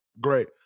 great